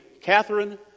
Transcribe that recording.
Catherine